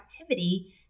activity